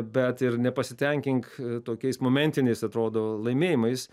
bet ir nepasitenkink tokiais momentiniais atrodo laimėjimais